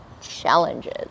challenges